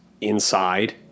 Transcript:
inside